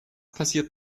passiert